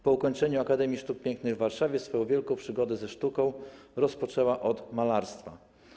Po ukończeniu Akademii Sztuk Pięknych w Warszawie swoją wielką przygodę ze sztukę rozpoczęła od malarstwa.